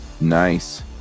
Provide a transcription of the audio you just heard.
Nice